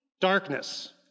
darkness